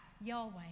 Yahweh